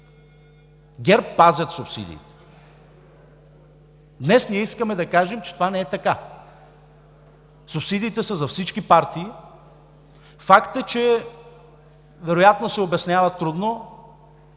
ГЕРБ пазят субсидиите. Днес ние искаме да кажем, че това не е така. Субсидиите са за всички партии. Факт е, че вероятно се обяснява трудно